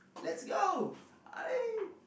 lets go I